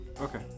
Okay